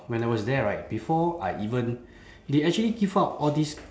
when I was there right before I even they actually give out all this